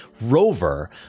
rover